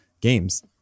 games